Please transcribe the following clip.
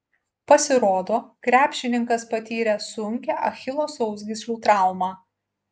pasirodo krepšininkas patyrė sunkią achilo sausgyslių traumą